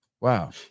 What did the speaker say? wow